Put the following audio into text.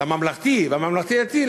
לממלכתי ולממלכתי-דתי,